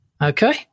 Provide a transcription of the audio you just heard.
Okay